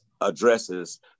addresses